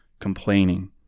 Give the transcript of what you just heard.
Complaining